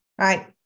right